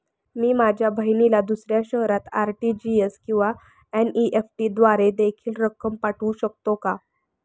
मी माझ्या बहिणीला दुसऱ्या शहरात आर.टी.जी.एस किंवा एन.इ.एफ.टी द्वारे देखील रक्कम पाठवू शकतो का?